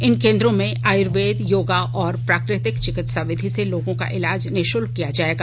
इन केंद्रों में आयुर्वेद योगा और प्राकृतिक चिकित्सा विधि से लोगों का इलाज निःशल्क किया जाएगा